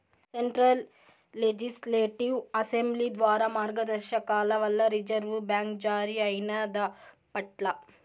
central legislative assembly ద్వారా మార్గదర్శకాల వల్ల రిజర్వు బ్యాంక్ జారీ అయినాదప్పట్ల